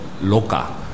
Loca